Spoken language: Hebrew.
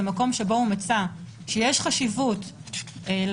ובמקום שבו הוא מצא שיש חשיבות להשתתפות